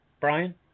Brian